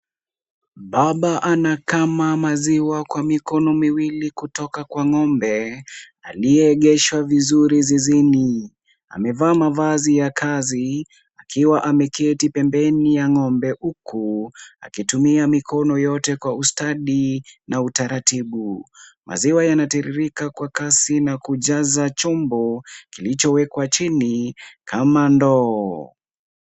Baba anakama maziwa kwa mikono miwili kutoka kwa ng'ombe, aliyeegeshwa vizuri zizini. Amevaa mavazi ya kazi, akiwa ameketi pembeni ya ng'ombe huku, akitumia mikono yote kwa ustadi na utaratibu. Maziwa yanatiririka kwa kasi na kujaza chombo, kilichowekwa chini, kama ndoo.